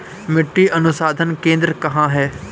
मिट्टी अनुसंधान केंद्र कहाँ है?